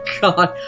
God